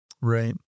Right